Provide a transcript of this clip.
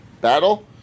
battle